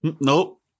Nope